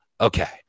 Okay